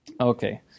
Okay